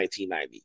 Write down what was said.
1990